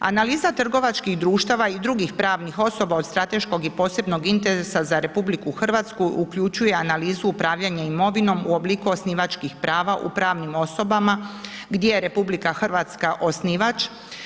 Analiza trgovačkih društava i drugih pravnih osoba od strateškog je posebnog interesa za RH, uključuje analizu upravljanja imovinom u obliku osnivačkih prava u pravnim osobama gdje je RH osnivač.